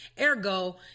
ergo